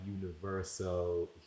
universal